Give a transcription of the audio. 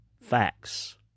facts